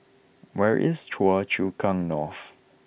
where is Choa Chu Kang North